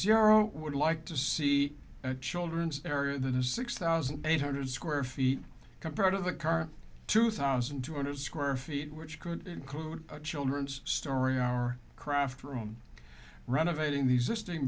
zero would like to see children's area that is six thousand eight hundred square feet comes out of the car two thousand two hundred square feet which grew include a children's story our craft room renovating the existing